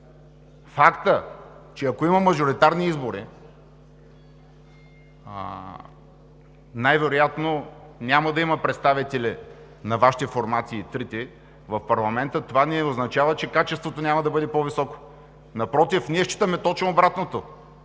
Фактът, че ако има мажоритарни избори, най-вероятно няма да има представители в парламента на трите Ваши формации, това не означава, че качеството няма да бъде по-високо. Напротив, ние считаме точно обратното,